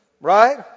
right